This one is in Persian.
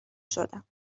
شدم